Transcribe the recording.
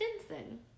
Stinson